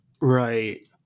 Right